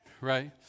Right